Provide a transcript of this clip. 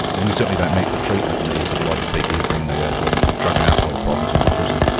and we certainly don't meet the treatment needs of a lot of people who bring their drug and alcohol problems into prison.